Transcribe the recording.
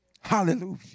hallelujah